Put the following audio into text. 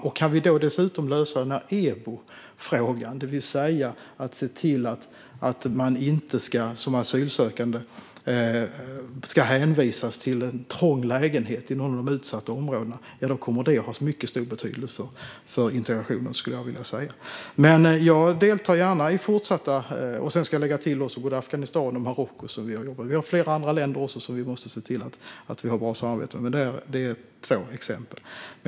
Om vi dessutom kan lösa EBO-frågan, det vill säga se till att asylsökande inte ska hänvisas till en trång lägenhet i något av de utsatta områdena, skulle jag säga att det kommer att ha mycket stor betydelse för integrationen. Jag vill lägga till både Afghanistan och Marocko. Vi har flera andra länder som vi måste se till att vi har bra samarbete med, men detta är två exempel.